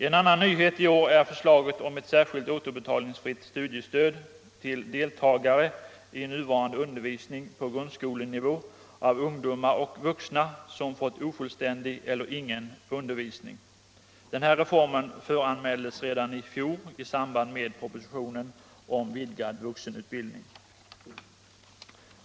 En annan nyhet i år är förslaget om ett särskilt återbetalningsfritt studiestöd till deltagare i nuvarande undervisning på grundskolenivå för ungdomar och vuxna som fått ofullständig eller ingen undervisning. Den här reformen föranmäldes redan i fjol i samband med propositionen om vidgad vuxenutbildning.